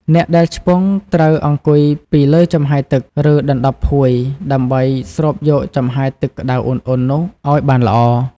អ្នកដែលឆ្ពង់ត្រូវ អង្គុយពីលើចំហាយទឹក ឬដណ្ដប់ភួយ ដើម្បីស្រូបយកចំហាយទឹកក្តៅឧណ្ឌៗនោះឲ្យបានល្អ។